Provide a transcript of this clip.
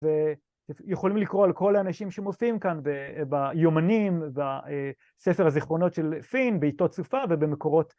ויכולים לקרוא על כל האנשים שמופיעים כאן ביומנים, בספר הזיכרונות של פין, בעיתות סופה ובמקורות